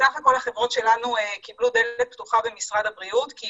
בסך הכל החברות שלנו קיבלו דלת פתוחה במשרד הבריאות כי